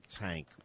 tank